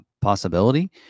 Possibility